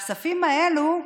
הכספים האלה,